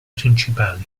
principali